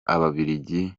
ababiligi